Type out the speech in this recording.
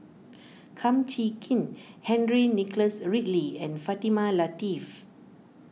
Kum Chee Kin Henry Nicholas Ridley and Fatimah Lateef